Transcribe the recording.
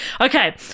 Okay